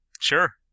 Sure